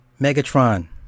Megatron